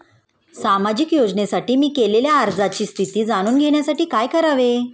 सामाजिक योजनेसाठी मी केलेल्या अर्जाची स्थिती जाणून घेण्यासाठी काय करावे?